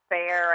Fair